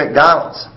McDonald's